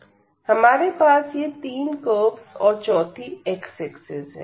हमारे पास ये तीन कर्वस और चौथी x axis है